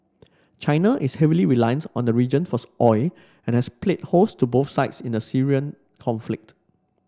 China is heavily reliant on the region for oil and has played host to both sides in the Syrian conflict